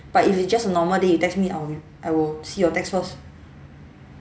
but if it's just a normal day he text me I'll I will see your text first